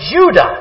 Judah